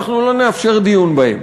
לא נאפשר דיון בהם.